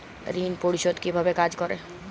ঋণ পরিশোধ কিভাবে কাজ করে?